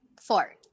four